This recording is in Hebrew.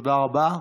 תודה רבה.